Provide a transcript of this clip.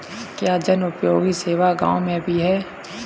क्या जनोपयोगी सेवा गाँव में भी है?